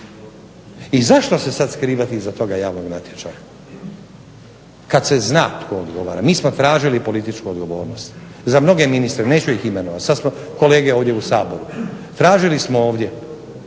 I zašto se sada skrivati iza toga javnog natječaja, kada se zna tko odgovara mi smo tražili političku odgovornost, za mnoge ministre, neću ih imenovati, sada smo kolege ovdje u Saboru. Tražili smo ovdje